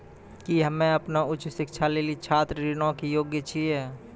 कि हम्मे अपनो उच्च शिक्षा लेली छात्र ऋणो के योग्य छियै?